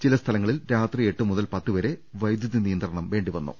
ചില സ്ഥല ങ്ങളിൽ രാത്രി എട്ടുമുതൽ പത്തുവരെ വൈദ്യുതി നിയ ന്ത്രണം വേണ്ടിവന്നു